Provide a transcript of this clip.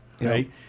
right